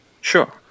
Sure